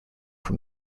from